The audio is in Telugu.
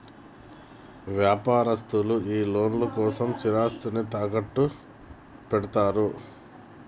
వ్యాపారస్తులు ఈ లోన్ల కోసం స్థిరాస్తిని తాకట్టుపెడ్తరు